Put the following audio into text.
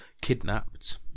kidnapped